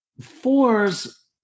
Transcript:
Fours